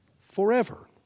forever